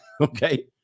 Okay